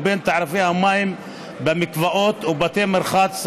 ובין תעריפי המים במקוואות ובתי המרחץ,